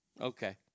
Okay